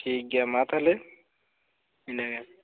ᱴᱷᱤᱠ ᱜᱮᱭᱟ ᱢᱟ ᱛᱟᱦᱚᱞᱮ ᱤᱱᱟᱹ ᱜᱮ